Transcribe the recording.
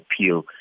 appeal